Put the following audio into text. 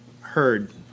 heard